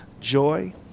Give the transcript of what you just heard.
joy